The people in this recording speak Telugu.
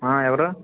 ఎవరు